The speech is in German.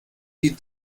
die